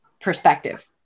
perspective